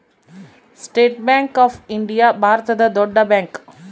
state Bank of India ಭಾರತದ ದೊಡ್ಡ bank